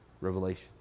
revelation